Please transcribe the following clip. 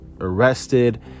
arrested